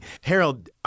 Harold